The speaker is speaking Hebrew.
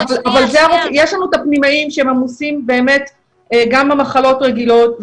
יש לנו פנימאים שהם עמוסים גם במחלות רגילות,